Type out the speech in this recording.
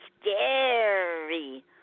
scary